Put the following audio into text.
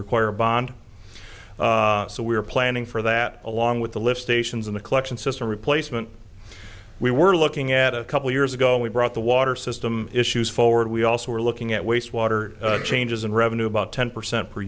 require a bond so we are planning for that along with the lift stations in the collection system replacement we were looking at a couple years ago we brought the water system issues forward we also were looking at waste water changes in revenue about ten percent per